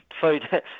food